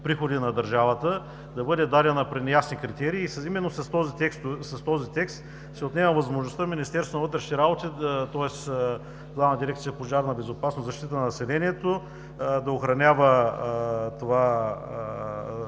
приходи на държавата, да бъде дадена при неясни критерии. Именно с този текст се отнема възможността Министерството на вътрешните работи, тоест Главна дирекция „Пожарна безопасност и защита на населението“ да охранява този